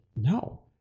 no